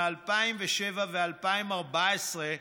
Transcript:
מ-2007 ו-2014,